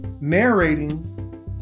narrating